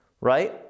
right